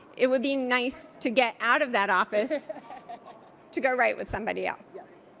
it would be nice to get out of that office to go write with somebody else.